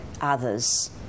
others